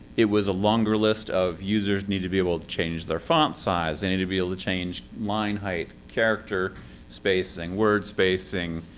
it was a longer list of users users need to be able to change their font size. they need to be able to change line height, character spacing, word spacing.